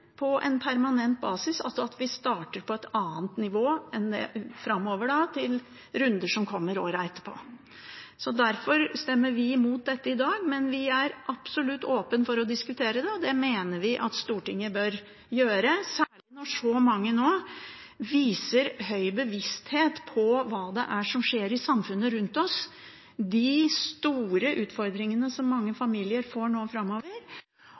på permanent basis, altså at vi starter på et annet nivå framover til de rundene som kommer i årene etterpå. Derfor stemmer vi imot dette i dag, men vi er absolutt åpen for å diskutere det. Det mener vi at Stortinget bør gjøre, særlig når så mange nå viser høy bevissthet om hva det er som skjer i samfunnet rundt oss – de store utfordringene som mange familier nå får framover